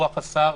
רוח השר,